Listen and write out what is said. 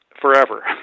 forever